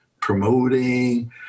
promoting